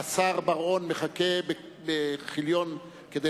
השר בר-און מחכה בכיליון עיניים כדי